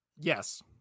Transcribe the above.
yes